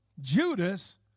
Judas